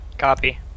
Copy